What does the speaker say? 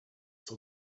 saw